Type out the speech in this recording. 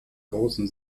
grossen